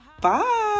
Bye